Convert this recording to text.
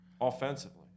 Offensively